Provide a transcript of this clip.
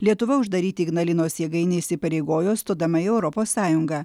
lietuva uždaryti ignalinos jėgainę įsipareigojo stodama į europos sąjungą